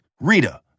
rita